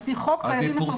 על פי חוק חייבים לפרסם.